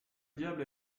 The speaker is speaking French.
diable